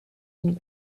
une